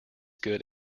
good